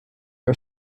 are